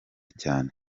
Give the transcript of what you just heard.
cyane